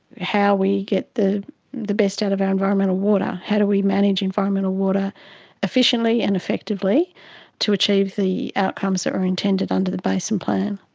how we get the the best out of our environmental water, how do we manage environmental water efficiently and effectively to achieve the outcomes that were intended under the basin plan.